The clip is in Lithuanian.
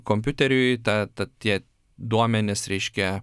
kompiuteriui tą ta tie duomenys reiškia